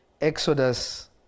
Exodus